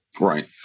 Right